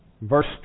Verse